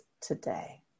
today